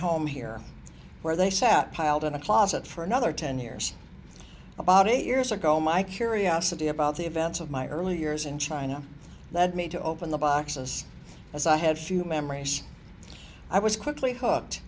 home here where they sat piled in a closet for another ten years about eight years ago my curiosity about the events of my early years in china led me to open the boxes as i had few memories i was quickly hooked